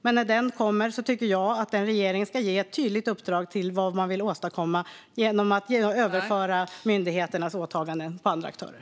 Men när en regering kommer på plats tycker jag att den ska ge ett tydligt uppdrag att överföra myndighetens åtaganden på andra aktörer.